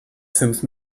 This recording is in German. fünf